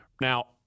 Now